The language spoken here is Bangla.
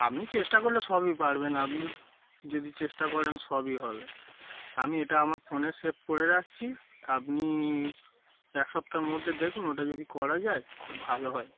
আপনি চেষ্টা করলে সবই পারবেন আপনি যদি চেষ্টা করেন সবই হবে আমি এটা আমার ফোনে সেভ করে রাখছি আপনি এক সপ্তাহ মধ্যে দেখুন ওটা যদি করা যায় খুব ভালো হয়